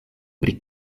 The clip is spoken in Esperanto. pri